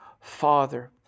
father